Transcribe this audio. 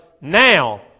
now